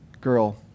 girl